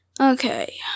Okay